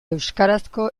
euskarazko